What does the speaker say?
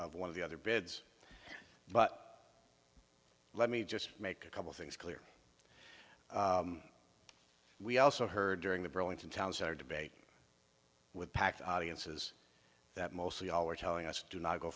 of one of the other bids but let me just make a couple things clear we also heard during the burlington town center debate with packed audiences that mostly all were telling us do not go